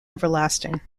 everlasting